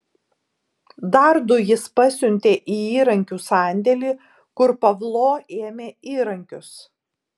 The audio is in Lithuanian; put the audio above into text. dar du jis pasiuntė į įrankių sandėlį kur pavlo ėmė įrankius